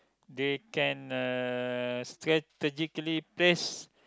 they can uh strategically place